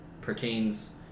pertains